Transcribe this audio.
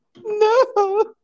No